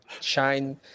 shine